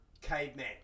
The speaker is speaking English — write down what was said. caveman